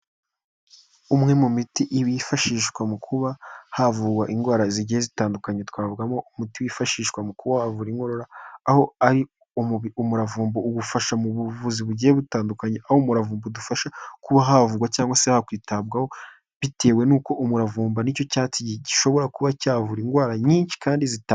Umwe mu miti bifashishwa mu kuba havugwa indwara zigiye zitandukanye, twavugamo umuti wifashishwa mu kuvura inkorora, aho ari umuravumba ubufasha mu buvuzi bugiye butandukanye, aho umurava budufasha ku havugwa cyangwa se hakwitabwaho bitewe n'uko umuravumba nicyo cyatsi gishobora kuba cyavura indwara nyinshi kandi zita..